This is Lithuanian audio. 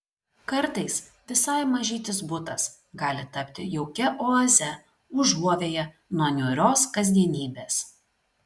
kartais visai mažytis butas gali tapti jaukia oaze užuovėja nuo niūrios kasdienybės